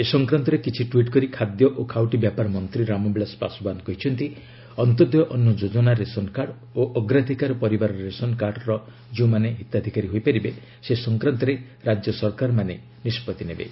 ଏ ସଂକ୍ରାନ୍ତରେ କିଛି ଟ୍ପିଟ୍ କରି ଖାଦ୍ୟ ଓ ଖାଉଟି ବ୍ୟାପାର ମନ୍ତ୍ରୀ ରାମବିଳାଶ ପାଶୱାନ କହିଛନ୍ତି ଅନ୍ତୋଦୟ ଅନ୍ନ ଯୋଜନା ରେସନ୍ କାର୍ଡ୍ ଓ ଅଗ୍ରାଧିକାର ପରିବାର ରେସନ୍ କାର୍ଡ୍ର କେଉଁମାନେ ହିତାଧିକାରୀ ହୋଇପାରିବେ ସେ ସଂକ୍ରାନ୍ତରେ ରାଜ୍ୟ ସରକାରମାନେ ନିଷ୍ପଭ୍ତି ନେବେ